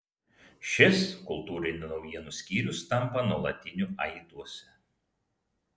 šis kultūrinių naujienų skyrius tampa nuolatiniu aiduose